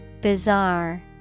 Bizarre